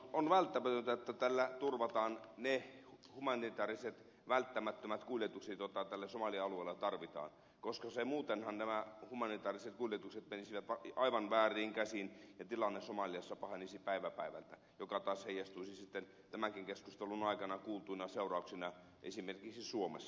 on välttämätöntä että tällä turvataan ne humanitääriset välttämättömät kuljetukset joita tällä somalialueella tarvitaan koska muutenhan nämä humanitääriset kuljetukset menisivät aivan vääriin käsiin ja tilanne somaliassa pahenisi päivä päivältä mikä taas heijastuisi sitten tämänkin keskustelun aikana kuultuina seurauksina esimerkiksi suomessa